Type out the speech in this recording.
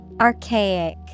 Archaic